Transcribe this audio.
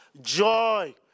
joy